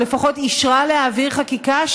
או לפחות אישרה להעביר חקיקה,